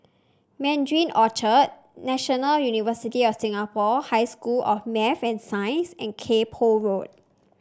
Mandarin Orchard National University of Singapore High School of Math and Science and Kay Poh Road